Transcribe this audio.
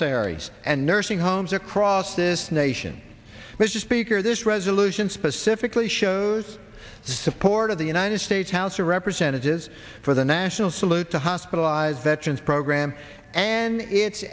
aires and nursing homes across this nation mr speaker this resolution specifically shows the support of the united states house of representatives for the national salute to hospitalized veterans program and it